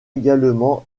également